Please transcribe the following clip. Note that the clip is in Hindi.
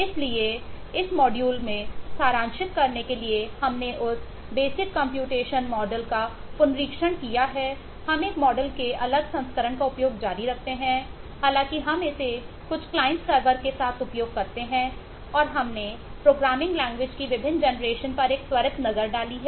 इसलिए इस मॉड्यूल में सारांशित करने के लिए हमने उस बेसिक कंप्यूटेशन मॉडल है